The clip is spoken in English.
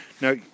Now